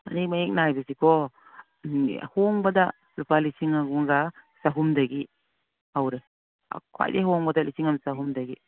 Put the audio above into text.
ꯐꯅꯦꯛ ꯃꯌꯦꯛ ꯅꯥꯏꯕꯁꯤꯀꯣ ꯑꯍꯣꯡꯕꯗ ꯂꯨꯄꯥ ꯂꯤꯁꯤꯡ ꯑꯍꯨꯝꯒ ꯆꯍꯨꯝꯗꯒꯤ ꯍꯧꯔꯦ ꯈ꯭ꯋꯥꯏꯗꯩ ꯍꯣꯡꯕꯗ ꯂꯤꯁꯤꯡ ꯑꯃ ꯆꯍꯨꯝꯗꯒꯤ